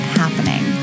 happening